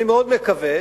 אני מאוד מקווה